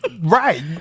Right